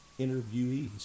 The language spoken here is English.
interviewees